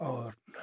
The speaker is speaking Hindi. और